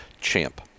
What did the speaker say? champ